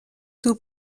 tout